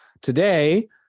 today